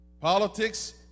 Politics